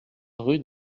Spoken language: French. rue